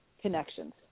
connections